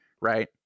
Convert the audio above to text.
Right